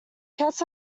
cats